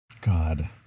God